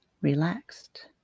relaxed